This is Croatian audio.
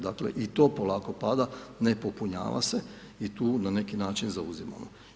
Dakle i to polako pada, ne popunjava se i tu na neki način zauzimamo.